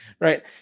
right